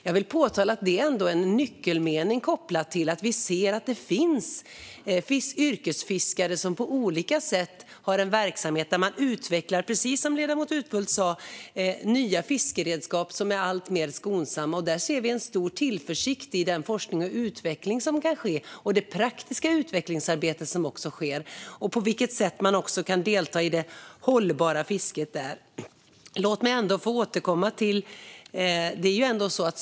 Det är ändå en nyckelmening, kopplat till att vi ser att det finns yrkesfiskare som på olika sätt har en verksamhet där man utvecklar nya, alltmer skonsamma fiskeredskap, precis som ledamoten Utbult sa. Vi ser med stor tillförsikt på den forskning och utveckling som kan ske och på det praktiska utvecklingsarbetet, där man också kan delta i det hållbara fisket. Låt mig få återgå till Eskil Erlandssons svar.